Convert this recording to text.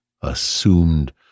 assumed